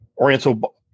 Oriental